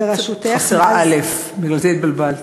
בראשות, בראשותך, חסרה אל"ף, בגלל זה התבלבלת.